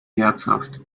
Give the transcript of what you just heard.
herzhaft